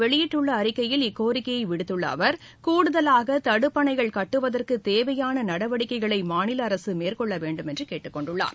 வெளியிட்டுள்ள அறிக்கையில் இக்கோரிக்கையை இன்று விடுத்துள்ள கூடுதலாக அவர் தடுப்பணகள் கட்டுவதற்கு தேவையான நடவடிக்கைகளை மாநில அரசு மேற்கொள்ளவேண்டும் என்று கேட்டுக்கொண்டுள்ளார்